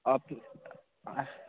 আপনি